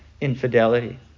infidelity